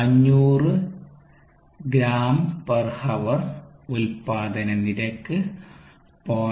500 g h ഉത്പാദന നിരക്ക് 0